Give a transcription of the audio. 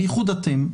בייחוד אתם,